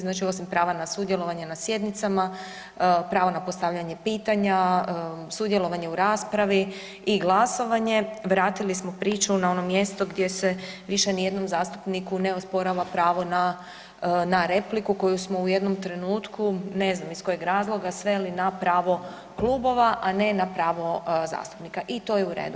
Znači, osim prava na sudjelovanje na sjednicama, pravo na postavljanje pitanja, sudjelovanje u raspravi i glasovanje, vratili smo priču na ono mjesto gdje se više nijednom zastupniku ne osporava pravo na, na repliku koju smo u jednom trenutku, ne znam iz kojeg razloga sveli na pravo klubova, a ne na pravo zastupnika i to je u redu.